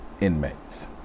inmates